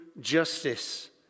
justice